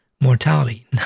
mortality